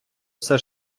все